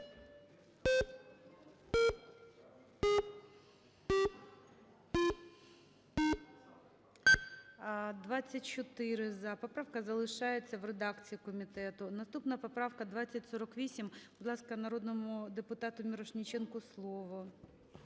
За-24 Поправка залишається в редакції комітету. Наступна поправка 2048. Будь ласка, народному депутату Мірошниченку слово.